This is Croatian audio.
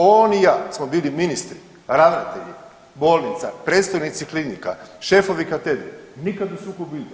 On i ja smo bili ministri, ravnatelji bolnica, predstojnici klinika, šefovi katedre, nikad u sukobu interesa.